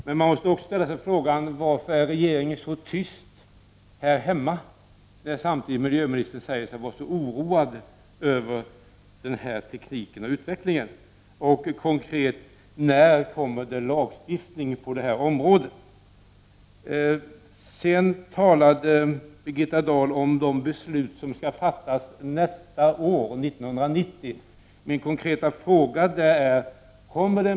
Men man måste fråga: Varför är regeringen så tyst här hemma, när miljöministern samtidigt säger sig vara så oroad över utvecklingen av dessa tekniker? När kommer det en lagstiftning på detta område?